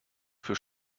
für